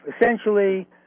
essentially